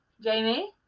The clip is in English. Jamie